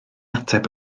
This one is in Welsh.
ateb